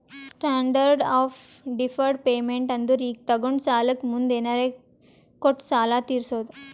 standard of deferred payment ಅಂದುರ್ ಈಗ ತೊಗೊಂಡ ಸಾಲಕ್ಕ ಮುಂದ್ ಏನರೇ ಕೊಟ್ಟು ಸಾಲ ತೀರ್ಸೋದು